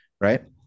right